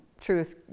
truth